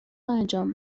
انجام